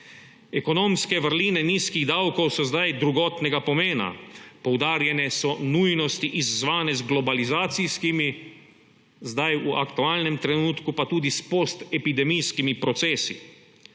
Ekonomske vrline nizkih davkov so zdaj drugotnega pomena, poudarjene so nujnosti, izzvane z globalizacijskimi, zdaj, v aktualnem trenutku pa tudi s postepidemijskimi procesi.